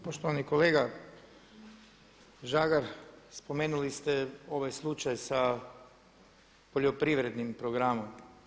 Poštovani kolega Žagar, spomenuli ste ovaj slučaj sa poljoprivrednim programom.